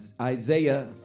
Isaiah